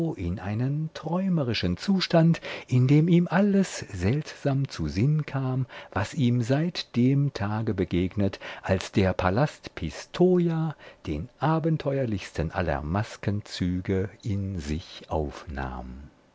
einen träumerischen zustand in dem ihm alles seltsam zu sinn kam was ihm seit dem tage begegnet als der palast pistoja den abenteuerlichsten aller maskenzüge in sich aufnahm